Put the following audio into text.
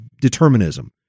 determinism